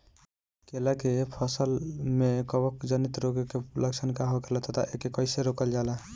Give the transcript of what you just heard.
केला के फसल में कवक जनित रोग के लक्षण का होखेला तथा एके कइसे रोकल जाला?